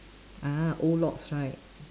ah old locks right